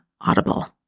Audible